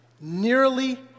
nearly